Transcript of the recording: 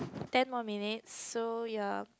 ten more minutes so ya